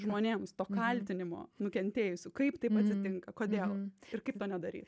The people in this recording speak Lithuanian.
žmonėms to kaltinimo nukentėjusių kaip taip atsitinka kodėl ir kaip to nedaryt